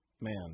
Man